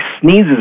sneezes